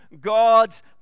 God's